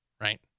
right